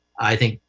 i think,